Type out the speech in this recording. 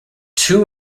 two